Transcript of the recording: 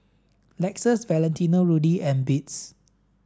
Lexus Valentino Rudy and Beats